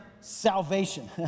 salvation